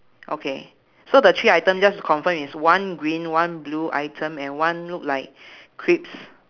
okay so the three item just to confirm is one green one blue item and one look like crisps